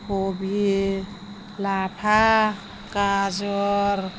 खफि लाफा गाजर